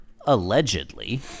allegedly